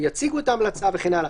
יציגו את ההמלצה וכן הלאה.